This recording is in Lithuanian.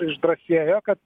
išdrąsėjo kad